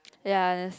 ya I